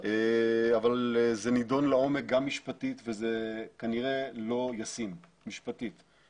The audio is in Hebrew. זה נידון לעומק גם משפטית וזה כנראה לא ישים משפטית.